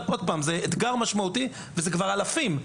זה אתגר משמעותי וזה כבר אלפים.